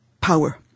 power